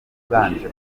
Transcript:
uganje